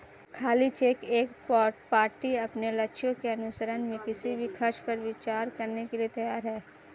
खाली चेक एक पार्टी अपने लक्ष्यों के अनुसरण में किसी भी खर्च पर विचार करने के लिए तैयार है